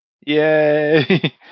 Yay